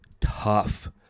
tough